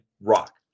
rock